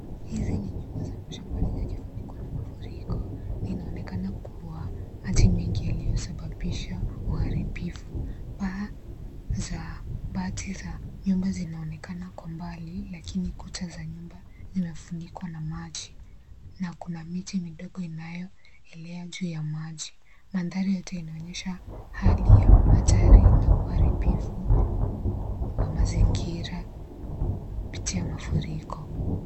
Hizi ni nyumba za mashambani zikifunikwa na mafuriko inaonekana kuwa maji mengi yaliyo sababisha uharibifu . Paa za bati za nyumba zinaonekana kwa mbali lakini kuta za nyumba zimefunikwa na maji na kuna miti midogo inayoelea juu ya maji . Mandhari yote inaonyesha hali ya hatari na uharibifu wa mazingira kupitia mafuriko.